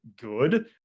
good